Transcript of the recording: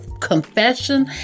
confession